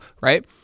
right